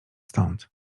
stąd